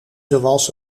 zoals